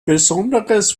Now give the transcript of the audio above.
besonderes